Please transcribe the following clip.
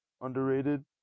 underrated